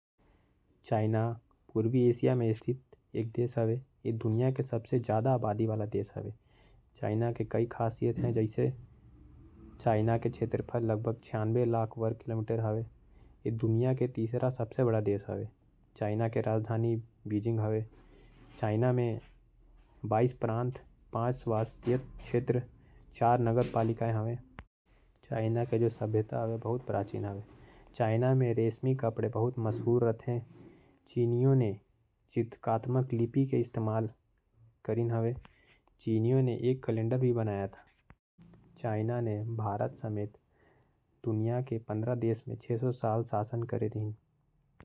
चाइना के पाक शैली के बात कुछ ये प्रकार है। पूर्वी एशिया में स्थित एक देश है। चाइना दुनिया के सबसे ज्यादा आबादी वाला देश है। एकर क्षेत्रफल लगभग छियानवे लाख वर्ग किलोमीटर है। यह कुल भूमि क्षेत्र के हिसाब से विश्व का तृतीय सबसे बड़ा देश है। देश में बाइस प्रान्त पाँच स्वायत्त क्षेत्र चार नगर पालिकाएँ। और दो विशेष प्रशासनिक क्षेत्र अन्तर्गत हैं। चाइना में रेशमी कपड़े बहुत मशहूर है। चाइना बहुत सारा देश में शासन करीन है।